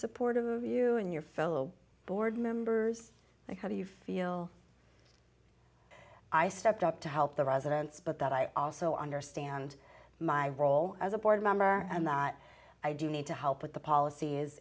supportive of you and your fellow board members and how do you feel i stepped up to help the residents but that i also understand my role as a board member and that i do need to help with the polic